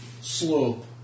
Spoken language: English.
slope